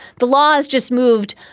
the law is just moved.